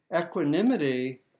equanimity